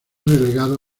relegado